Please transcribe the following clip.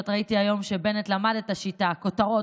ראיתי היום שבנט למד את השיטה: כותרות,